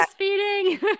breastfeeding